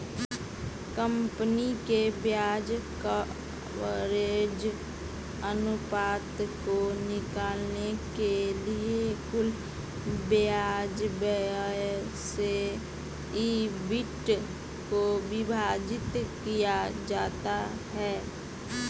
company के ब्याज coverage अनुपात को निकालने के लिए कुल ब्याज व्यय से ईबिट को विभाजित किया जाता है